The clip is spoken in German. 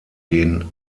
den